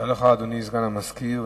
תודה לך, אדוני סגן המזכירה.